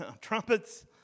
trumpets